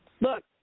Look